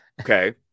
Okay